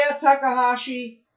Takahashi